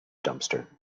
dumpster